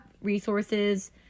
resources